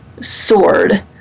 sword